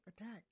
attack